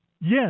yes